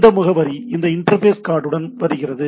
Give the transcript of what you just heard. இந்த முகவரி இந்த இன்டர்ஃபேஸ் கார்டுடன் வருகிறது